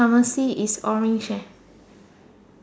pharmacy is orange eh